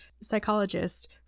psychologist